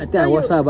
so you